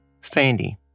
Sandy